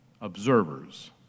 observers